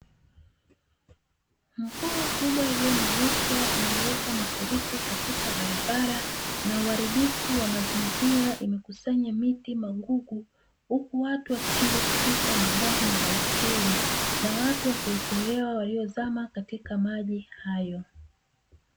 Mvua kubwa iliyonyeesha imeleta mafuriko katika barabara na uharibifu wa mazingira. Imekusanya miti, magugu, huku watu wakishindwa kupita, magari, na baiskeli na watu wakiokolewa waliozama katika maji hayo.